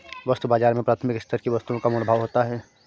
वस्तु बाजार में प्राथमिक स्तर की वस्तुओं का मोल भाव होता है